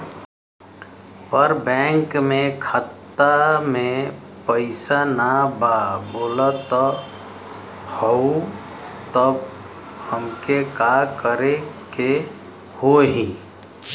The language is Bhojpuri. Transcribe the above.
पर बैंक मे खाता मे पयीसा ना बा बोलत हउँव तब हमके का करे के होहीं?